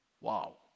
Wow